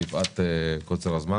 מפאת קוצר הזמן,